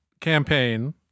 campaign